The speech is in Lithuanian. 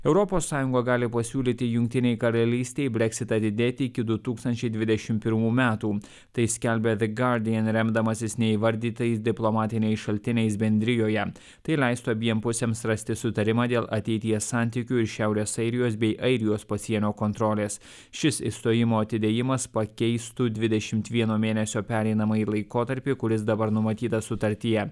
europos sąjunga gali pasiūlyti jungtinei karalystei breksitą atidėti iki du tūkstančiai dvidešimt pirmų metų tai skelbia da gardian remdamasis neįvardytais diplomatiniais šaltiniais bendrijoje tai leistų abiem pusėms rasti sutarimą dėl ateities santykių ir šiaurės airijos bei airijos pasienio kontrolės šis išstojimo atidėjimas pakeistų dvidešimt vieno mėnesio pereinamąjį laikotarpį kuris dabar numatytas sutartyje